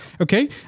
Okay